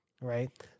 right